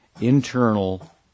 internal